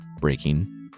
breaking